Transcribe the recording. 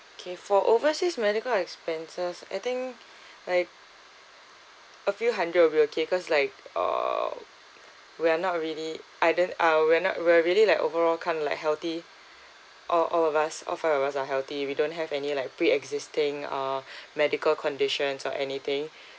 okay for overseas medical expenses I think like a few hundred will be okay cause like uh we are not really I don't uh we're not we're really like overall kind of like healthy all all of us all five of us are healthy we don't have any like pre existing uh medical conditions or anything